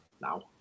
now